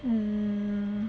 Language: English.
hmm